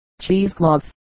Cheesecloth